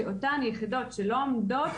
שאותן יחידות שלא עומדות,